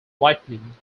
lightning